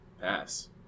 Pass